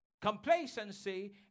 Complacency